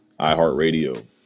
iHeartRadio